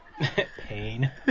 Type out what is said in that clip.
pain